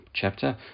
chapter